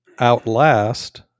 outlast